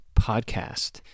Podcast